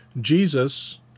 Jesus